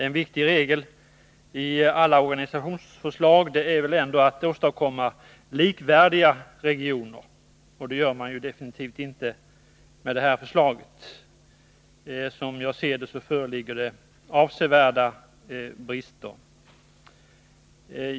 En viktig regel i alla organisationsförslag är att åstadkomma likvärdiga regioner. Det gör man definitivt inte med det här förslaget. Som jag ser det föreligger avsevärda brister.